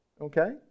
Okay